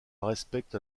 respecte